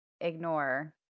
ignore